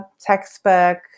textbook